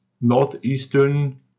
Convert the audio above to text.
northeastern